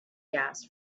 gas